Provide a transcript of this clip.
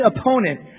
opponent